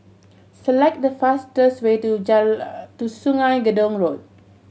select the fastest way to to Sungei Gedong Road